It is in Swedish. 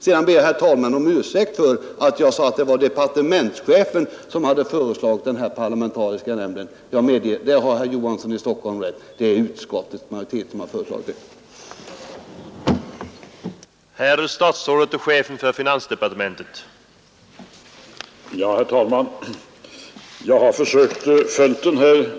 Sedan ber jag, herr talman, om ursäkt för att jag sade att det var departementschefen som hade föreslagit den här parlamentariska nämnden. Herr Johansson har rätt när han säger att det är utskottets majoritet som har föreslagit den.